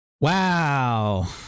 Wow